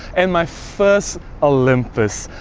and my first olympus.